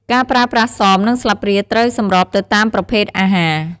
ការប្រើប្រាស់សម និងស្លាបព្រាត្រូវសម្របទៅតាមប្រភេទអាហារ។